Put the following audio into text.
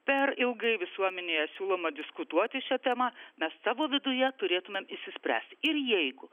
per ilgai visuomenėje siūloma diskutuoti šia tema mes savo viduje turėtumėm išsispręs ir jeigu